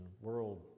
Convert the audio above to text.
world